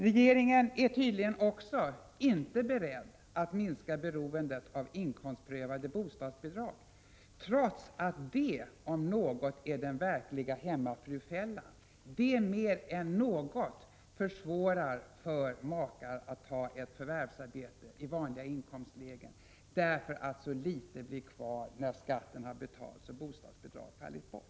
Regeringen är tydligen inte heller beredd att minska beroendet av inkomstprövade bostadsbidrag, trots att det om något är den verkliga hemmafrufällan och mer än något annat försvårar för makar att ta förvärvsarbete i vanliga inkomstlägen, därför att så litet blir kvar när skatten har betalats och bostadsbidrag fallit bort.